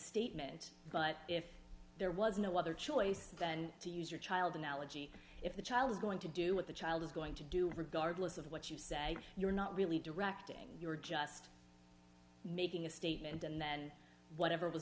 statement but if there was no other choice then to use your child analogy if the child is going to do what the child is going to do regardless of what you say you're not really directing you're just making a statement and then whatever was